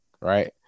right